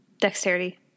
dexterity